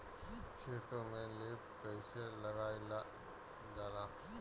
खेतो में लेप कईसे लगाई ल जाला?